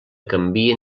canvien